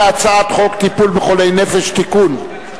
הצעת חוק טיפול בחולי נפש (תיקון,